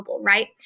right